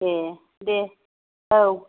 ए दे औ